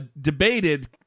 debated